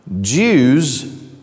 Jews